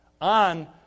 on